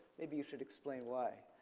maybe you should explain why,